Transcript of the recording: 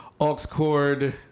AuxCord